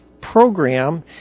program